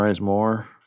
more